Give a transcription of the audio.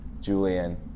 Julian